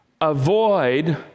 Avoid